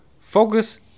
focus